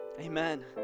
amen